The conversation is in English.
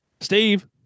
Steve